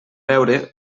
veure